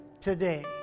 today